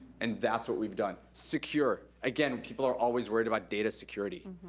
and that's what we've done. secure. again, people are always worried about data security.